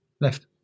Left